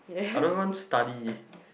I don't want to study